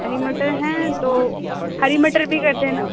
ہڑی مٹر ہیں تو ہری مٹر بھی کر دینا